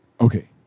Okay